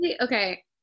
okay